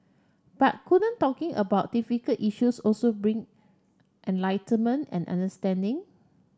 but couldn't talking about difficult issues also bring enlightenment and understanding